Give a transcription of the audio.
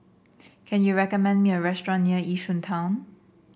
can you recommend me a restaurant near Yishun Town